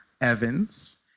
Evans